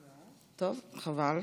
טוב, חבל.